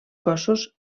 cossos